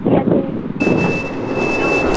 ঠিক আছে হ্যাঁ ওই